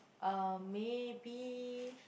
uh maybe